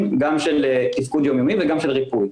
גם של תפקוד יום-יומי וגם שלריפוי.